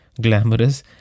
glamorous